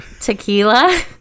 tequila